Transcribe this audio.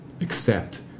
Accept